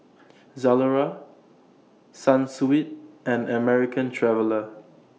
Zalora Sunsweet and American Traveller